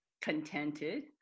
contented